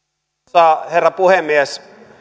arvoisa herra puhemies